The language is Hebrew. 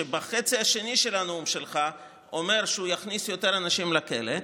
שבחצי הנאום השני של הנאום שלך אומר שהוא יכניס יותר אנשים לכלא,